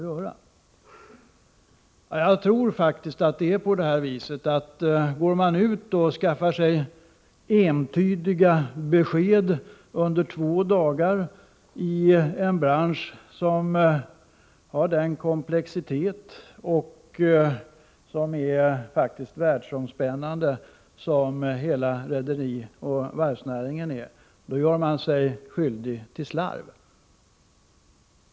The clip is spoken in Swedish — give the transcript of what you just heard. Om man går ut och under två dagar skaffar sig ”entydiga besked” i en bransch som är så komplex och, faktiskt, världsomspännande som rederioch varvsnäringen, gör man sig skyldig till slarv.